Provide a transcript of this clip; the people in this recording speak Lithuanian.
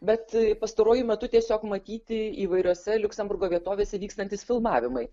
bet pastaruoju metu tiesiog matyti įvairiose liuksemburgo vietovėse vykstantys filmavimai